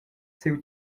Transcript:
siu